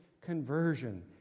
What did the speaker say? conversion